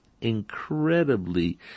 incredibly